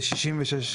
ב-66.